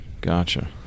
gotcha